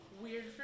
weird